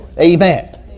Amen